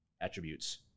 attributes